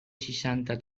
seixanta